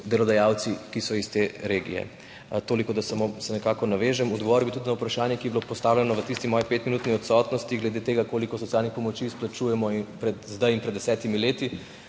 delodajalci, ki so iz te regije. Toliko, da se samo nekako navežem. Odgovoril bi tudi na vprašanje, ki je bilo postavljeno v tisti moji petminutni odsotnosti glede tega, koliko socialnih pomoči izplačujemo zdaj in pred 10 leti.